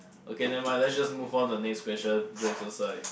okay never mind let's just move on to the next question jokes aside